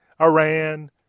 Iran